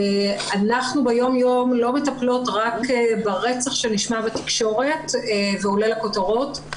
אנחנו ביום יום לא מטפלות רק ברצח שנשמע בתקשורת ועולה לכותרות,